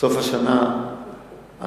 סוף השנה הנוכחית,